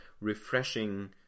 refreshing